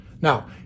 Now